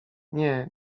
nie